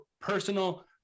personal